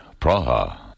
Praha